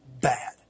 bad